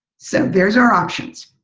so there's our options.